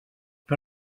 per